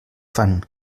fan